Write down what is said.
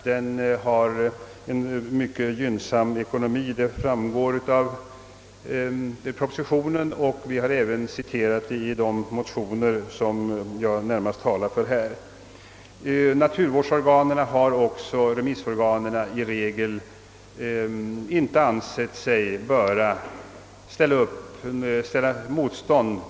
Detta framgår av propositionen, och vi har även nämnt det i de motioner som jag närmast talar för. Naturvårdsorganen har i sina remissvar ansett att de av denna orsak inte bör motsätta sig regleringen.